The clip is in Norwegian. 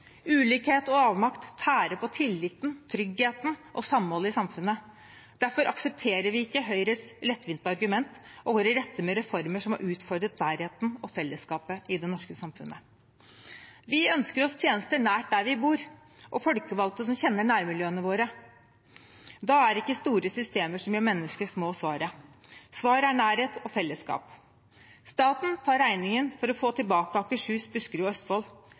Ulikhet og avmakt tærer på tilliten, tryggheten og samholdet i samfunnet. Derfor aksepterer vi ikke Høyres lettvinte argument og går i rette med reformer som har utfordret nærheten og fellesskapet i det norske samfunnet. Vi ønsker oss tjenester nær der vi bor, og folkevalgte som kjenner nærmiljøene våre. Da er ikke store systemer som gjør mennesker små, svaret. Svaret er nærhet og fellesskap. Staten tar regningen for å få tilbake Akershus, Buskerud og Østfold.